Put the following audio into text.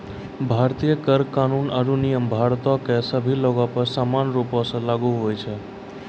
भारतीय कर कानून आरु नियम भारतो के सभ्भे लोगो पे समान रूपो से लागू होय छै